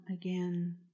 again